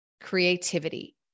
creativity